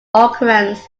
occurrence